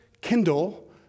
Kindle